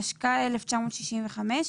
התשכ"ה-1965,